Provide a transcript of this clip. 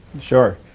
Sure